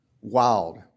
wild